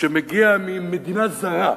שמגיע ממדינה "זרה",